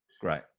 Great